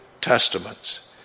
Testaments